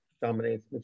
dominates